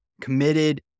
committed